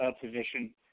position